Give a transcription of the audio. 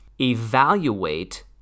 evaluate